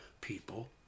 people